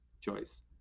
choice